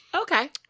Okay